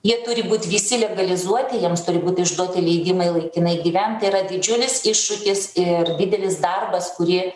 jie turi būt visi legalizuoti jiems turi būt išduoti leidimai laikinai gyvent tai yra didžiulis iššūkis ir didelis darbas kurį